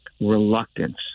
reluctance